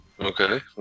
Okay